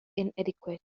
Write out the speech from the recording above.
inadequate